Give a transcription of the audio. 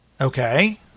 Okay